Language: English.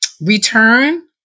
return